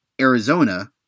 Arizona